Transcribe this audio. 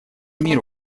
мир